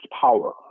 power